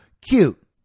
cute